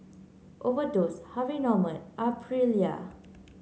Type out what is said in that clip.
Overdose Harvey Norman Aprilia